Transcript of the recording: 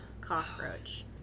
cockroach